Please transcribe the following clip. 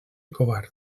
covards